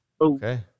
Okay